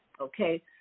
Okay